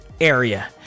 area